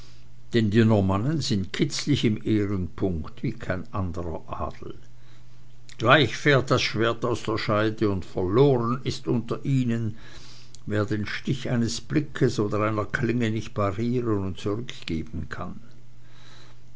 die normannen sind kitzlig im ehrenpunkt wie kein anderer adel gleich fährt das schwert aus der scheide und verloren ist unter ihnen wer den stich eines blickes oder einer klinge nicht parieren und zurückgeben kann